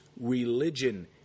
religion